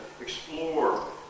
explore